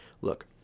Look